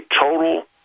total